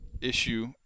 issue